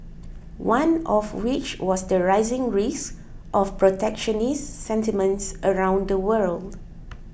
one of which was the rising risk of protectionist sentiments around the world